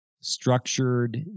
structured